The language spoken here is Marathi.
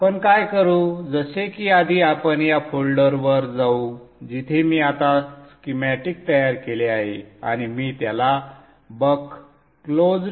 आपण काय करू जसे की आधी आपण या फोल्डरवर जाऊ जिथे मी आता स्कीमॅटिक तयार केले आहे आणि मी त्याला बक क्लोज्ड